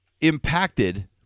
impacted